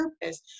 purpose